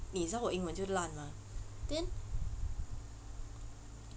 你知道我英文就烂嘛 then